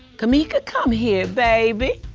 kameeka, come here, baby.